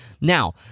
Now